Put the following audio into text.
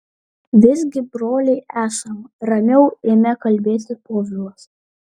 visgi broliai esam ramiau ėmė kalbėti povilas